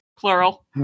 Plural